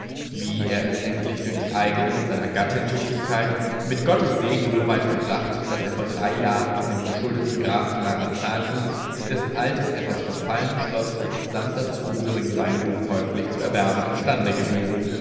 wie er es endlich durch die eigne und seiner gattin tüchtigkeit mit gottes segen so weit gebracht daß er vor drei jahren von dem verschuldeten grafen marazzani dessen altes etwas verfallenes schloß samt dazugehörigem weingut käuflich zu erwerben imstande gewesen